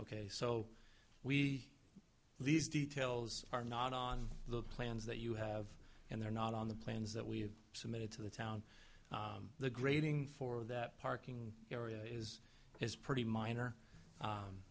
ok so we these details are not on the plans that you have and they're not on the plans that we have submitted to the town the grading for that parking area is is pretty minor